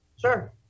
sure